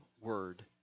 word